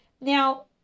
Now